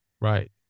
right